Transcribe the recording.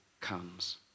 comes